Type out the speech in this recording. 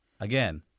Again